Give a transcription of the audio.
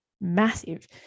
massive